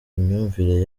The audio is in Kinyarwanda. imyumvire